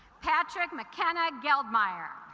patrick mckenna geld meyer